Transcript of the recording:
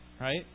right